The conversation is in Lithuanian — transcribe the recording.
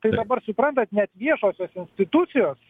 tai dabar suprantat net viešosios institucijos